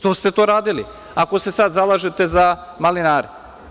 Što ste to radili, ako se sad zalažete za malinare?